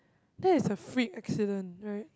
there is a freak accident right